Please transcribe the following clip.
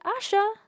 Asha